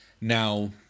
Now